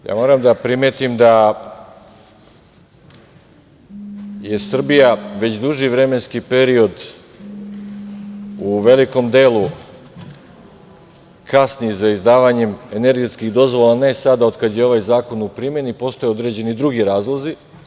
Međutim, moram da primetim da Srbija već duži vremenski period u velikom delu kasni sa izdavanjem energetskih dozvola, ne sada od kada je ovaj zakon u primeni, postoje određeni drugi razlozi.